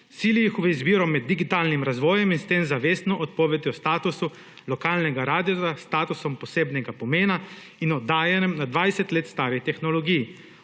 Sili jih v izbiro med digitalnim razvojem in s tem zavestno odpovedjo statusa lokalnega radia s statusom posebnega pomena in oddajanjem na 20 let stari tehnologiji.